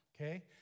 okay